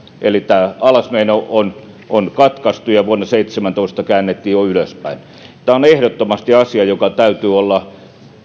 eli tämä alasmeno on on katkaistu ja vuonna seitsemäntoista käännettiin jo ylöspäin tämä on ehdottomasti asia jonka täytyy olla